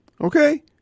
okay